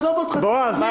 עזוב אותך מסיכומים.